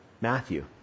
Matthew